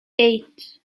eight